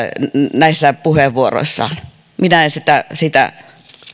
näissä puheenvuoroissaan minä en sitä sitä